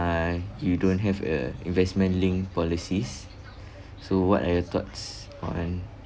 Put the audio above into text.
uh you don't have a investment-linked policies so what are your thoughts on